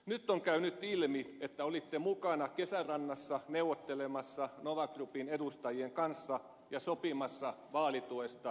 nyt on käynyt ilmi että olitte mukana kesärannassa neuvottelemassa nova groupin edustajien kanssa ja sopimassa vaalituesta keskustapuolueelle